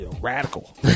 radical